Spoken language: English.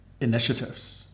initiatives